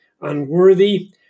unworthy